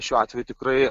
šiuo atveju tikrai